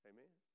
Amen